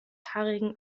haarigen